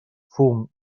fum